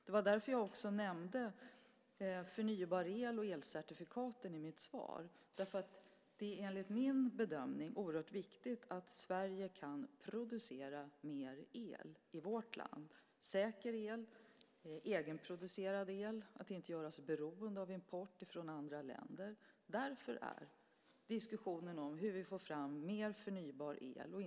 Det var därför jag nämnde förnybar el och elcertifikaten i mitt svar. Det är enligt min bedömning oerhört viktigt att vi kan producera mer el i vårt land, säker egenproducerad el, och inte göra oss beroende av import från andra länder. Därför är diskussionen om hur vi får fram mer förnybar el mycket viktig.